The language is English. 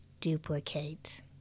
duplicate